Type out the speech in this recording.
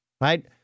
right